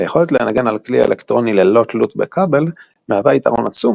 היכולת לנגן על כלי אלקטרוני ללא תלות בכבל מהווה יתרון עצום,